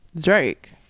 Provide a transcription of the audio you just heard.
Drake